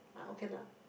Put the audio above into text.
okay lah